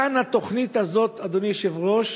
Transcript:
כאן, התוכנית הזאת, אדוני היושב-ראש,